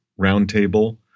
roundtable